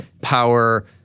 power